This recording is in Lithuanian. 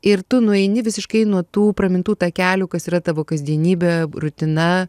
ir tu nueini visiškai nuo tų pramintų takelių kas yra tavo kasdienybė rutina